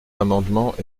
amendement